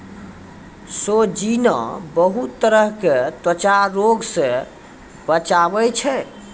सोजीना बहुते तरह के त्वचा रोग से बचावै छै